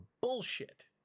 bullshit